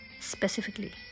specifically